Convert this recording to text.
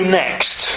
next